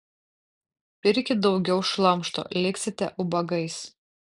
pirkit daugiau šlamšto liksite ubagais